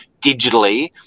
Digitally